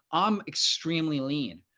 i'm extremely lean.